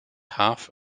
half